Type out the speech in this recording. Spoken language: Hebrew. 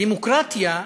דמוקרטיה,